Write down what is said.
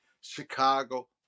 Chicago